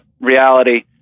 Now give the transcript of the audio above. reality